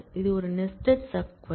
இது ஒரு nested sub query